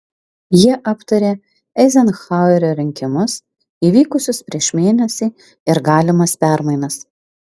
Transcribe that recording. jie aptarė eizenhauerio rinkimus įvykusius prieš mėnesį ir galimas permainas